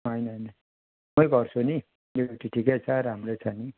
होइन होइन मै गर्छु नि ड्युटी ठिकै छ राम्रै छ नी